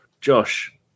Josh